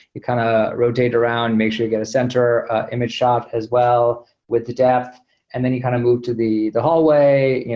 you kind of rotate around. make sure you get a center image shot as well with the depth and then you kind of move to the the hallway,